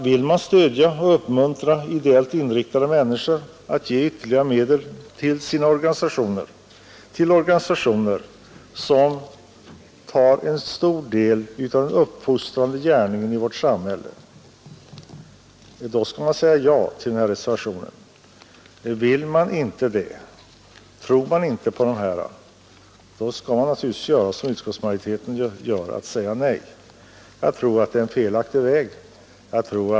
Vill man stödja och uppmuntra ideellt inriktade människor att ge ytterligare medel till sina organisationer — organisationer som tar på sig en stor del av den uppfostrande gärningen i vårt samhälle — skall man säga ja till reservationen. Vill man inte det, tror man inte på dessa organisationer, så skall man naturligtvis göra som utskottsmajoriteten gör och säga nej. Jag tror emellertid att det är en felaktig väg.